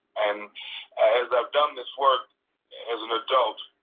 and as i've done this work as an adult,